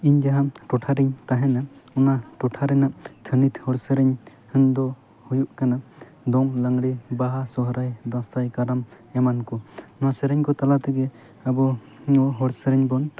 ᱤᱧ ᱡᱟᱦᱟᱸ ᱴᱚᱴᱷᱟ ᱨᱮᱧ ᱛᱟᱦᱮᱱᱟ ᱴᱚᱴᱷᱟ ᱨᱮᱱᱟᱜ ᱛᱷᱟᱹᱱᱤᱛ ᱦᱚᱲ ᱥᱮᱨᱮᱧ ᱫᱚ ᱦᱩᱭᱩᱜ ᱠᱟᱱᱟ ᱫᱚᱝ ᱞᱟᱜᱽᱬᱮ ᱵᱟᱦᱟ ᱥᱚᱨᱦᱟᱭ ᱫᱟᱸᱥᱟᱭ ᱠᱟᱨᱟᱢ ᱮᱢᱟᱱ ᱠᱚ ᱱᱚᱣᱟ ᱥᱮᱨᱮᱧ ᱠᱚ ᱛᱟᱞᱮ ᱛᱮᱜᱮ ᱟᱵᱚ ᱦᱚᱲ ᱥᱮᱨᱮᱧ ᱵᱚᱱ